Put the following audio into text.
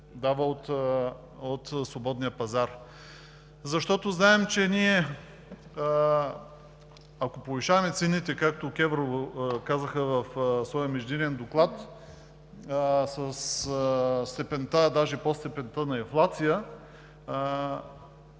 дава от свободния пазар.“ Знаем, че ние, ако повишаваме цените, както КЕВР казаха в своя междинен доклад, със степента, даже и под степента на инфлация,